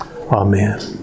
Amen